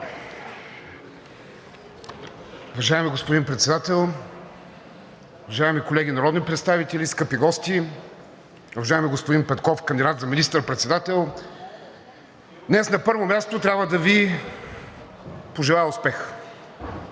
Уважаеми господин Председател, уважаеми колеги народни представители, скъпи гости! Уважаеми господин Петков – кандидат за министър-председател, днес, на първо място, трябва да Ви пожелая успех!